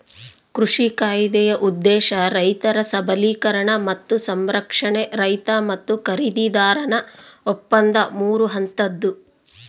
ಕೃಷಿ ಕಾಯ್ದೆಯ ಉದ್ದೇಶ ರೈತರ ಸಬಲೀಕರಣ ಮತ್ತು ಸಂರಕ್ಷಣೆ ರೈತ ಮತ್ತು ಖರೀದಿದಾರನ ಒಪ್ಪಂದ ಮೂರು ಹಂತದ್ದು